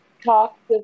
talk